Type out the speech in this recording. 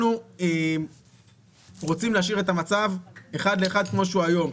אנחנו רוצים להשאיר את המצב אחד לאחד כמו שהוא היום,